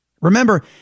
Remember